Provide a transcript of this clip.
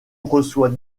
reçoit